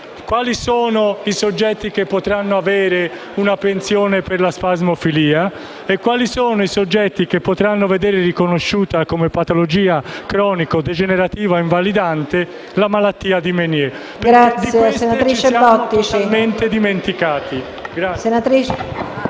quali sono i soggetti che potranno avere una pensione per la spasmofilia e i soggetti che potranno veder riconosciuta come patologia cronico-degenerativa invalidante la malattia di Menière. Di queste ci siamo totalmente dimenticati*.*